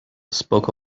spoke